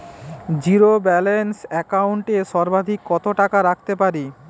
Zero balance account এ সর্বাধিক কত টাকা রাখতে পারি?